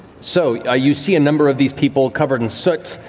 so ah you see a number of these people covered in soot,